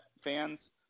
fans